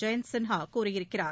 ஜெயந்த் சின்ஹா கூறியிருக்கிறார்